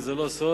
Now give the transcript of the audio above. וזה לא סוד,